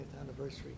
anniversary